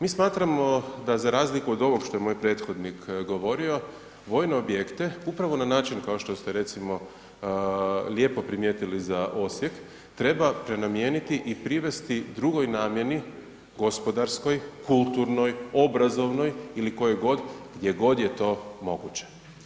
Mi smatramo da za razliku od ovog što je moj prethodnik govorio, vojne objekte upravo na način kao što ste recimo lijepo primijetili za Osijek treba prenamijeniti i privesti drugoj namjeni gospodarskoj, kulturnoj, obrazovnoj ili kojoj god gdje god je to moguće.